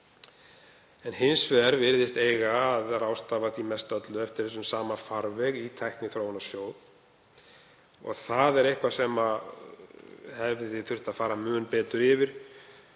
Hins vegar virðist eiga að ráðstafa því mestöllu eftir þessum sama farvegi í Tækniþróunarsjóð. Það er eitthvað sem hefði þurft að fara mun betur yfir,